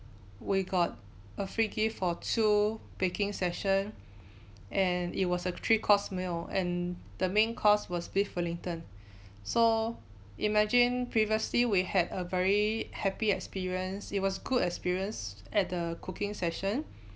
we got a free gift for two baking session and it was a three course meal and the main course was beef wellington so imagine previously we had a very happy experience it was good experience at the cooking session